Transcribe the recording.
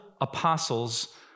apostles